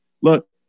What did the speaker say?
look